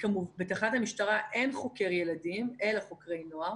בתחנת המשטרה אין חוקרי ילדים אלא חוקרי נוער.